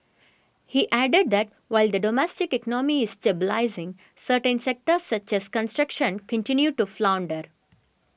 he added that while the domestic economy is stabilising certain sectors such as construction continue to flounder